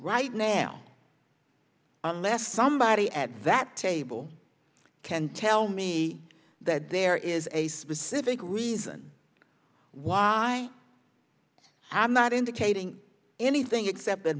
right now unless somebody at that table can tell me that there is a specific reason why i am not indicating anything except